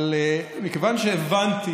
אבל מכיוון שהבנתי,